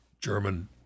German